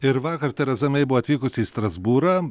ir vakar tereza mei buvo atvykusi į strasbūrą